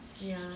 ya